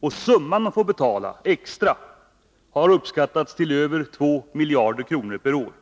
Den summa de får betala extra har uppskattats till över 2 miljarder kronor per år.